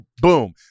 Boom